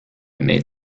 made